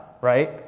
right